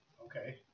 Okay